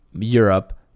Europe